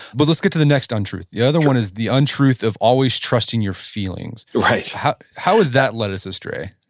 but let's get to the next untruth. the other one is the untruth of always trusting your feelings right how how has that led us astray?